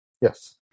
Yes